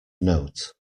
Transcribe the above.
note